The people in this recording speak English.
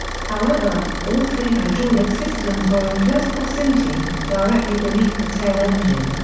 however, all three hydraulic systems were in close proximity, directly beneath the tail engine.